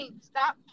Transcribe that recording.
stop